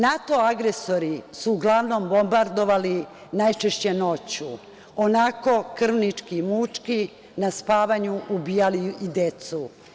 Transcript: NATO agresori su uglavnom bombardovali najčešće noću, onako krvnički i mučki, na spavanju ubijali i decu.